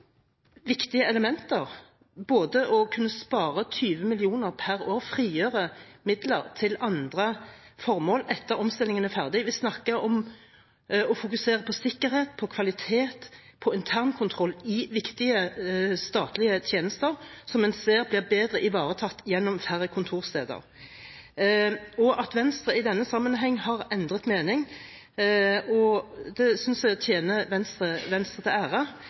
viktige elementer, både å kunne spare 20 mill. kr per år etter at omstillingen er ferdig og å frigjøre midler til andre formål. Vi snakker om å fokusere på sikkerhet, på kvalitet og på internkontroll i viktige statlige tjenester, som en ser blir bedre ivaretatt gjennom færre kontorsteder. At Venstre i denne sammenhengen har endret mening, synes jeg tjener Venstre til